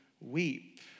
weep